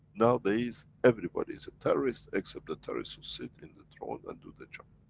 nowadays everybody is a terrorist, except the terrorist who sit in the throne. and do the job,